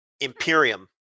Imperium